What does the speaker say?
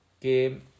game